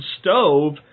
stove